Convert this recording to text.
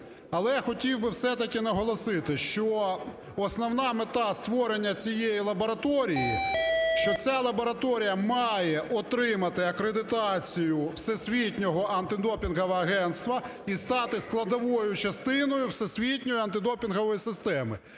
але хотів би все-таки наголосити, що основна мета створення цієї лабораторії, що ця лабораторія має отримати акредитацію Всесвітнього антидопінгового агентства і стати складовою частиною всесвітньої антидопінгової системи.